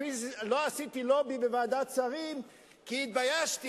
לא עשיתי לובי בוועדת שרים כי התביישתי.